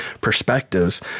perspectives